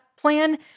plan